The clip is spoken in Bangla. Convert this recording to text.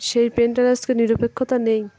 সেই পেনটার আজকে নিরপেক্ষতা নেই